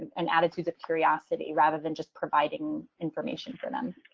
an attitude of curiosity, rather than just providing information for them.